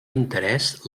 interés